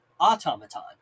Automaton